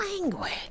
language